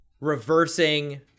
reversing